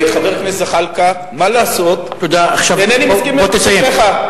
חבר הכנסת זחאלקה, מה לעשות, אינני מסכים אתך.